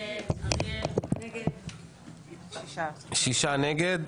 שישה נגד.